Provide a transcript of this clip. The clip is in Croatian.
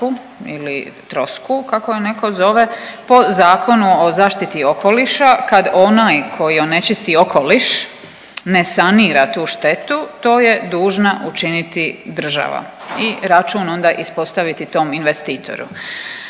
ili trosku, kako je netko zove, po Zakonu o zaštiti okoliša kad onaj tko onečisti okoliš ne sanira tu štetu, to je dužna učiniti država i račun onda ispostaviti tom investitoru.